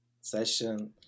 session